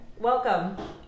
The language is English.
welcome